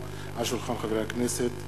שהחזירה ועדת הפנים והגנת הסביבה.